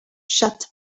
shut